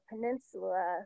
peninsula